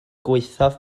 gwaethaf